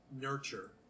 nurture